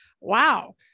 wow